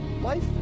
life